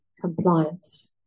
compliance